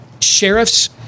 sheriffs